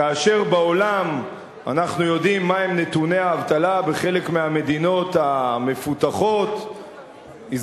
כאשר אנחנו יודעים מהם נתוני האבטלה בחלק מהמדינות המפותחות בעולם,